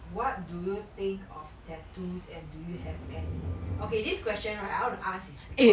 what do you think of tattoos and do you have any okay this question right I want to ask is because